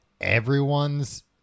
everyone's